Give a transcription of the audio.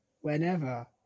whenever